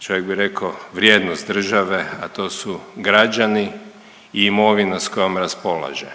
čovjek bi rekao vrijednost države, a to su građani i imovina s kojom raspolaže.